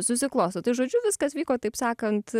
susiklosto tai žodžiu viskas vyko taip sakant